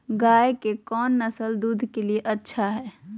गाय के कौन नसल दूध के लिए अच्छा है?